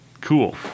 Cool